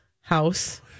house